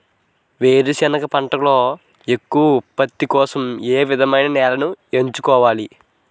వేరుసెనగ పంటలో ఎక్కువ ఉత్పత్తి కోసం ఏ విధమైన నేలను ఎంచుకోవాలి?